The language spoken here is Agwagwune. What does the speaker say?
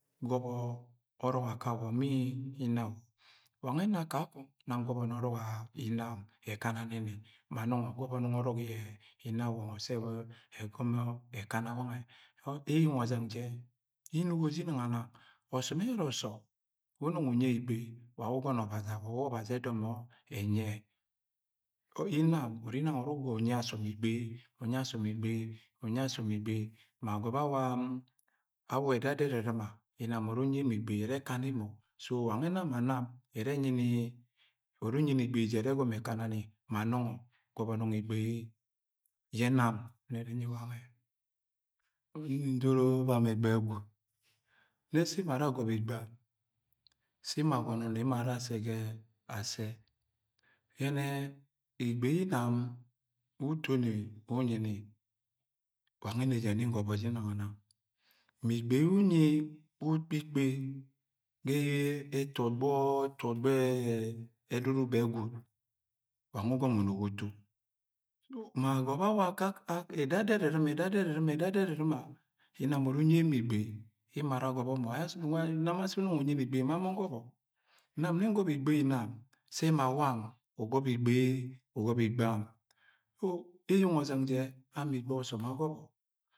Gọbọ ọrọk akawọ ma innawọ. Wa nwẹ ẹna kakong ngọbọ ọrọk inam ẹkana nini ma nọgọ gọbọ nọngọ ọrọk inawọngo sẹ ẹbọni ẹkana wange eyeng ọzeng jẹ inugo je inang anang, ọsọm ẹjara ọsọm wẹ unọng unyie igbei wa aye̱ ugọnọ ọbazi awọ wẹ ọbazi ẹdọmọ enyie̱ inam ure inang uru unyi asom igbei unyi asọm, unyi asọm igbei. Ma agọbọ awa edada erɨrɨma, inam uru unyi emo igbei ẹrẹ akana emọ. So, wangẹ ẹna ma nam unyini igbei jẹ ẹrẹ ẹbọni ẹkan ani ma, nọng gọbọ no̱ngọ igbei yẹ nam nne, nni nyi wangẹ. Nni ndoro bam ẹgbẹg̱hẹ gwu nnẹ sẹ emo agono nẹ assẹ, yẹnẹ igbei inam wẹ utoni unyini wangẹ nnẹ jẹ nni gọmọ jẹ ginang-anang. Ma igbei yẹ unyi ukpi-ikpe ẹtọgbọedudu bẹ gwud wange ugọmọ unugo utu. Ma agọbọ awa ẹdada ẹrɨrɨma, ẹdada ẹrɨrɨma, ẹdada ẹrɨrɨma, inam utu unyi emo igbei emo ara agọbọ mọ. Inam asi unọng unyi igbei nma mọ ngọbọ. Nni ngọbọ igbei nam, se̱ ma wam ugọbọ igbei, ugọbọ igbei am. O! eyeng ọzẹng ama igbei ọsọm agọbọ.